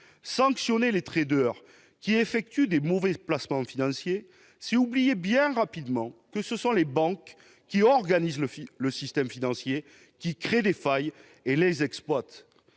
Sanctionner les traders qui effectuent de mauvais placements financiers, c'est oublier bien rapidement que ce sont les banques qui organisent le système financier, qui créent des failles et les exploitent.